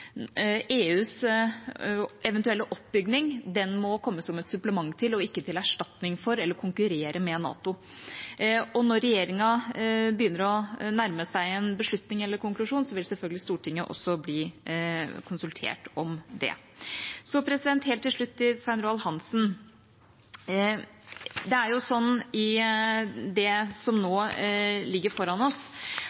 EUs eventuelle oppbygning må komme som et supplement til og ikke som en erstatning for NATO eller konkurrere med NATO. Og når regjeringa begynner å nærme seg en beslutning eller konklusjon, vil selvfølgelig Stortinget også bli konsultert om det. Helt til slutt til Svein Roald Hansen: Det er jo sånn, i det som nå